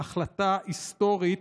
בהחלטה היסטורית,